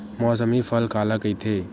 मौसमी फसल काला कइथे?